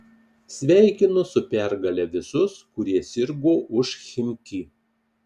sveikinu su pergale visus kurie sirgo už chimki